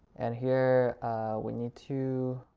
and here we need to